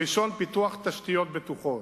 הראשון, פיתוח תשתיות בטוחות.